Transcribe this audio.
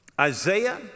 Isaiah